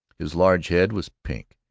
his large head was pink,